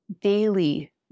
daily